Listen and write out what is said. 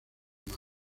mar